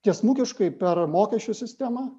tiesmukiškai per mokesčių sistemą